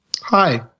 Hi